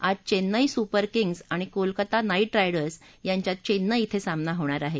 आज Chennai Super Kings आणि Kolkata Knight Riders यांच्यात चेन्नई के सामना होणार आहे